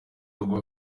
urwo